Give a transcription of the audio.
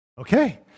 okay